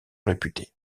réputée